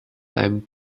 einem